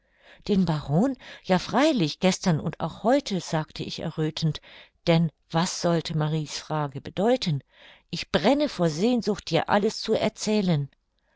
den baron ja freilich gestern und auch heute sagte ich erröthend denn was sollte marie's frage bedeuten ich brenne vor sehnsucht dir alles zu erzählen